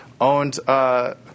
owned